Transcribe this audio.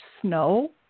snow